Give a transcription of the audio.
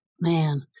Man